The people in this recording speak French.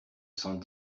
cent